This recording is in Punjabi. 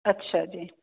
ਅੱਛਾ ਜੀ